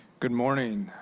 good morning.